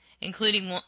including